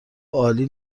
عالی